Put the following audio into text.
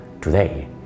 today